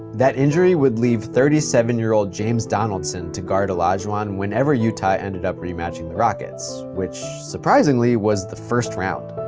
that injury would leave thirty seven year old james donaldson to guard olajuwon whenever utah ended up rematching the rockets, which, surprisingly, was the first round.